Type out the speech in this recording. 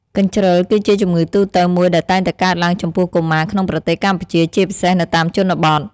កញ្ជ្រឹល គឺជាជំងឺទូទៅមួយដែលតែងកើតឡើងចំពោះកុមារក្នុងប្រទេសកម្ពុជា ជាពិសេសនៅតាមជនបទ។